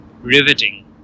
riveting